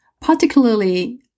particularly